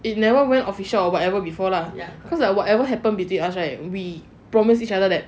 it never went official or whatever before lah cause like whatever happen between us we promised each other that